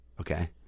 Okay